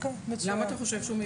למה אתה חושב כך?